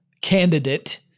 candidate